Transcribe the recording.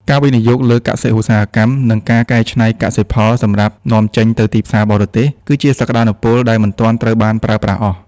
ការវិនិយោគលើកសិ-ឧស្សាហកម្ម និងការកែច្នៃកសិផលសម្រាប់នាំចេញទៅទីផ្សារបរទេស គឺជាសក្ដានុពលដែលមិនទាន់ត្រូវបានប្រើប្រាស់អស់។